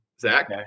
Zach